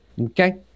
okay